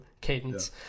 cadence